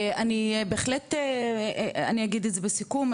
אני בהחלט אני אגיד את זה בסיכום,